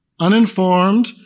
uninformed